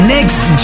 Next